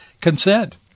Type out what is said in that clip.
consent